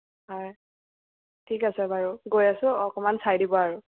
হয় ঠিক আছে বাৰু গৈ আছোঁ অকণমান চাই দিব আৰু